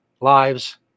lives